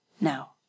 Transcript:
Now